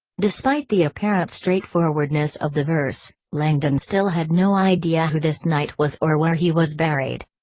despite the apparent straightforwardness of the verse, langdon still had no idea who this knight was or where he was buried.